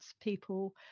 people